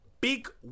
big